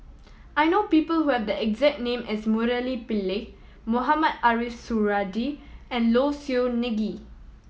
I know people who have the exact name as Murali Pillai Mohamed Ariff Suradi and Low Siew Nghee